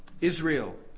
Israel